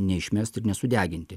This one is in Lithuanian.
neišmest ir nesudeginti